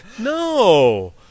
No